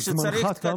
זמנך תם.